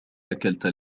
أكلت